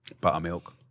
buttermilk